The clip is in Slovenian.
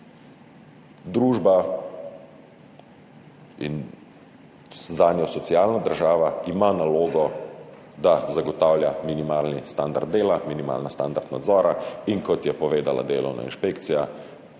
Družba, zanjo socialna država, ima nalogo, da zagotavlja minimalni standard dela, minimalni standard nadzora in, kot je povedala delovna inšpekcija,